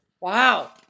Wow